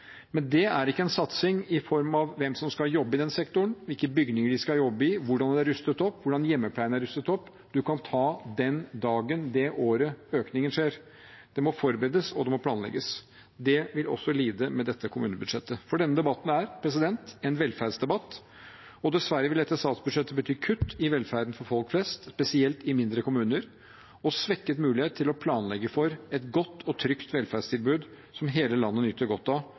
Men det er ikke en satsing – i form av hvem som skal jobbe i den sektoren, hvilke bygninger de skal jobbe i, hvordan det er rustet opp, hvordan hjemmesykepleien er rustet opp – man kan ta den dagen, det året økningen skjer. Det må forberedes, og det må planlegges. Det vil også lide med dette kommunebudsjettet. For denne debatten er en velferdsdebatt, og dessverre vil dette statsbudsjettet bety kutt i velferden for folk flest, spesielt i mindre kommuner, og svekket mulighet til å planlegge for et godt og trygt velferdstilbud som hele landet nyter godt av,